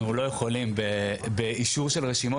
אנחנו לא יכולים באישור של רשימות,